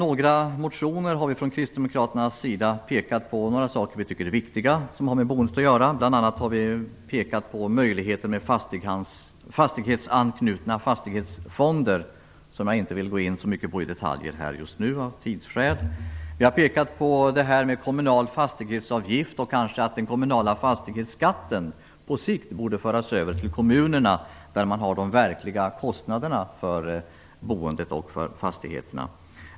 Vi har från kristdemokraternas sida i några motioner pekat på saker som har med boendet att göra som vi tycker är viktiga. Bl.a. har vi pekat på möjligheten med fastighetsanknutna fastighetsfonder. Av tidsskäl vill jag inte gå in på detaljer just nu. Vi har pekat på en kommunal fastighetsavgift. Kanske borde den kommunala fastighetsskatten på sikt föras över till kommunerna, där man har de verkliga kostnaderna för boendet och fastigheterna.